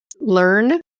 learn